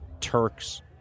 Turks